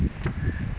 it